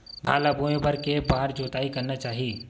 धान ल बोए बर के बार जोताई करना चाही?